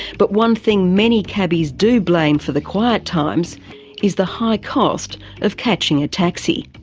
but one thing many cabbies do blame for the quiet times is the high cost of catching a taxi.